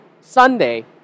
Sunday